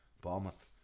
Bournemouth